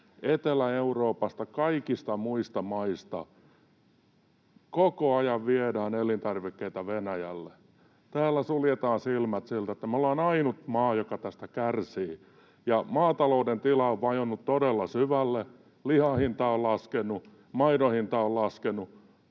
Etelä-Euroopan kaikista muista maista koko ajan viedään elintarvikkeita Venäjälle. Täällä suljetaan silmät siltä, että me olemme ainut maa, joka tästä kärsii, ja maatalouden tila on vajonnut todella syvälle: lihan hinta on laskenut, maidon hinta on laskenut.